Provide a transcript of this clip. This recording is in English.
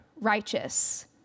righteous